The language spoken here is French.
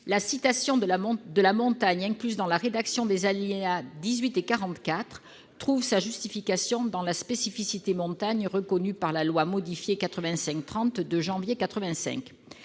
la référence à la montagne figurant dans la rédaction des alinéas 18 et 44 trouve sa justification dans la spécificité « montagne » reconnue par la loi modifiée n° 85-30 du 9 janvier 1985.